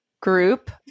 group